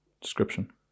description